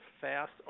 fast